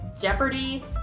Jeopardy